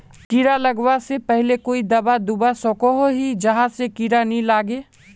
कीड़ा लगवा से पहले कोई दाबा दुबा सकोहो ही जहा से कीड़ा नी लागे?